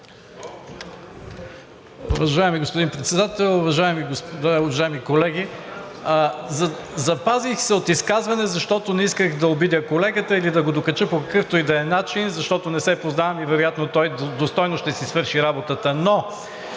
господин Председател, уважаеми колеги! Запазих се от изказване, защото не исках да обидя колегата или да го докача по какъвто и да е начин, защото не се познаваме и вероятно той достойно ще си свърши работата,